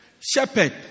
Shepherd